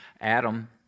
Adam